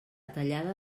tallada